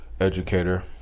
educator